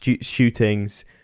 shootings